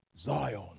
Zion